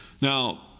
Now